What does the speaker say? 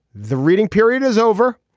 the reading period is over.